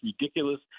ridiculous